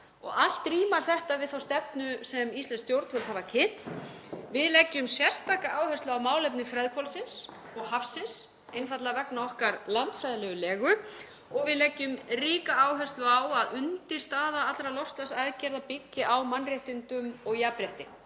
Allt rímar þetta við stefnu sem íslensk stjórnvöld hafa kynnt. Við leggjum sérstaka áherslu á málefni freðhvolfsins og hafsins, einfaldlega vegna okkar landfræðilegu legu, og við leggjum ríka áherslu á að undirstaða allra loftslagsaðgerða byggi á mannréttindum og jafnrétti.